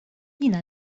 jiena